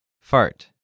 Fart